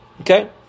Okay